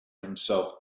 himself